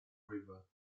river